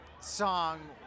song